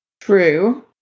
true